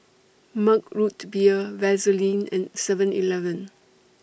Mug Root Beer Vaseline and Seven Eleven